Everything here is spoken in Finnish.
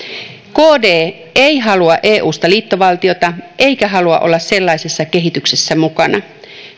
kd ei halua eusta liittovaltiota eikä halua olla sellaisessa kehityksessä mukana